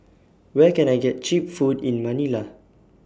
Where Can I get Cheap Food in Manila